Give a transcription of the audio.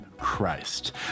Christ